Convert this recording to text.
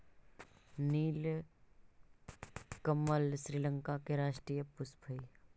नीलकमल श्रीलंका के राष्ट्रीय पुष्प हइ